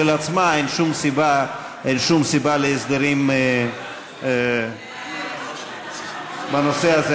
עצמה ואין שום סיבה להסדרים בנושא הזה.